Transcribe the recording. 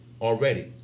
already